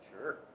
Sure